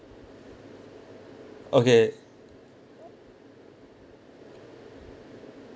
okay